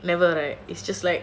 never right it's just like